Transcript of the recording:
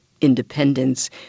independence